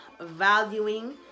valuing